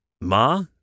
Ma